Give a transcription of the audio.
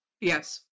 Yes